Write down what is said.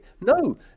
No